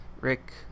rick